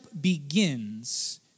begins